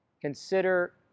consider